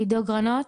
עידו גרנות.